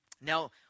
Now